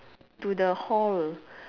to the hall